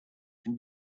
can